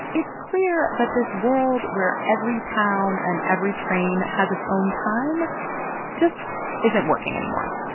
it's clear that this world where every town and every train has its own time just isn't working anymore.